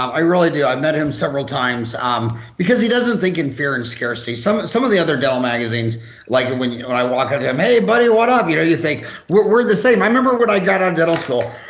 i really do i met him several times um because he doesn't think in fear and scarcity. some some of the other dental magazines like when and i walk up to them, hey buddy and what up um you know you think we're we're the same i remember what i got on dental school